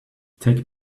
take